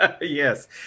Yes